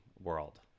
world